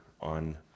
on